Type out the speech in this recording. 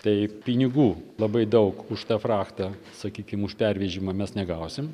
tai pinigų labai daug už tą frachtą sakykim už pervežimą mes negausim